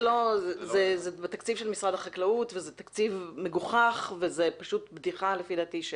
זה תקציב מגוחך ולדעתי זאת בדיחה.